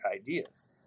ideas